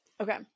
Okay